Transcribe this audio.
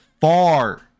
far